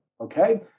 Okay